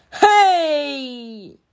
Hey